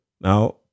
Now